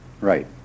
Right